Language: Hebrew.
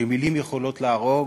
שמילים יכולות להרוג,